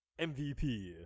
mvp